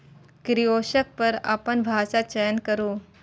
kiosk पर अपन भाषाक चयन करू